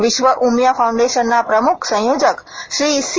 વિશ્વ ઉમિયા ફાઉન્ડેશનના પ્રમુખ સંયોજક શ્રી સી